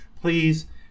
please